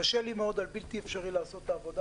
קשה לי מאוד עד בלתי אפשרי לעשות את העבודה